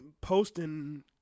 posting